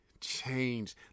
change